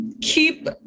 keep